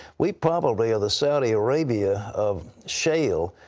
we probably are the saudi arabia of shale,